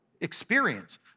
experience